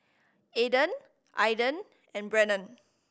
Adan Aidan and Brennon